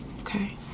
Okay